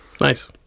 Nice